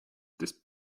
this